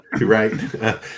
Right